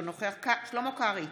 אינו נוכח שלמה קרעי,